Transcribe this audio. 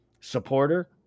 supporter